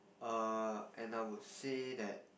err and I would say that